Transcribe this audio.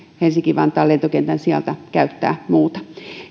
helsinki vantaan lentokentän sijasta käyttää muuta